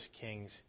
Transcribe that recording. Kings